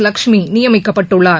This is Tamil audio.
லட்சுமி நியமிக்கப்பட்டுள்ளார்